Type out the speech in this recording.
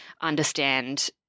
understand